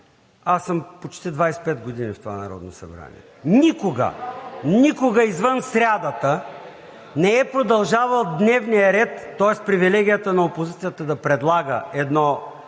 аз съм почти 25 години в това Народно събрание – никога, никога извън срядата не е продължавал дневният ред, тоест привилегията на опозицията да предлага един